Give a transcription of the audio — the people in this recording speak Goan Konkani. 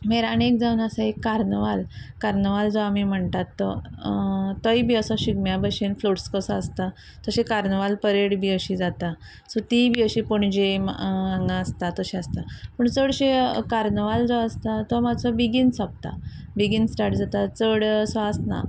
मागीर आनी एक जावन आसा एक कार्नोवाल कार्नवाल जो आमी म्हणटात तो तोवूय बी असो शिगम्या भशेन फ्लोट्स कसो आसता तशे कार्नवाल परेड बी अशी जाता सो तीवूय बी अशी पणजे हांगा आसता तशे आसता पूण चडशे कार्नोवाल जो आसता तो मातसो बेगीन सोंपता बेगीन स्टार्ट जाता चड असो आसना